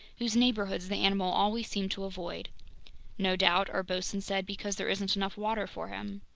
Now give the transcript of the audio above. whose neighborhoods the animal always seemed to avoid no doubt, our bosun said, because there isn't enough water for him!